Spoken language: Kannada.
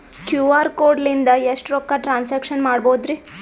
ಕ್ಯೂ.ಆರ್ ಕೋಡ್ ಲಿಂದ ಎಷ್ಟ ರೊಕ್ಕ ಟ್ರಾನ್ಸ್ಯಾಕ್ಷನ ಮಾಡ್ಬೋದ್ರಿ?